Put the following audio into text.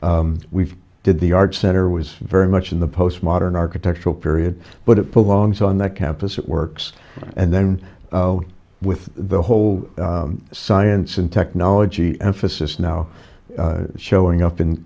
we did the art center was very much in the postmodern architectural period but it belongs on that campus it works and then with the whole science and technology emphasis now showing up in